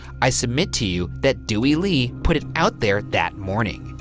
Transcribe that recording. i submit to you that dewey lee put it out there that morning.